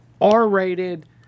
R-rated